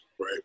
Right